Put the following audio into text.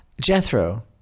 Jethro